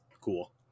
cool